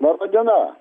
laba diena